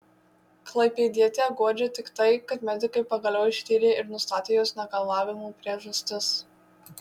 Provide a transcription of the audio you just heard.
klaipėdietę guodžia tik tai kad medikai pagaliau ištyrė ir nustatė jos negalavimų priežastis